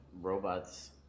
robots